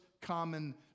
common